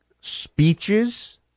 speeches